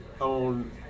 on